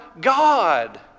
God